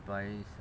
buys